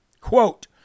Quote